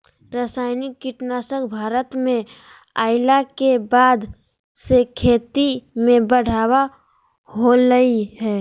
रासायनिक कीटनासक भारत में अइला के बाद से खेती में बढ़ावा होलय हें